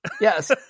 Yes